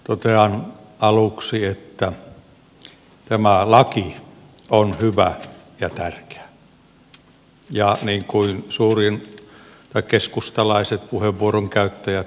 totean aluksi että tämä laki on hyvä ja tärkeä niin kuin keskustalaiset puheenvuoron käyttäjät ovat todenneet